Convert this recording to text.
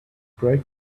brake